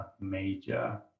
major